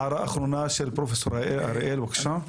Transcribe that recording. ההערה אחרונה של פרופ' הראל, בבקשה.